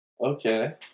Okay